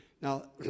Now